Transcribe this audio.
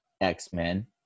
x-men